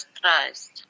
Christ